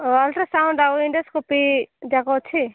ultrasound ଆଉ endoscopy ଯାକ ଅଛି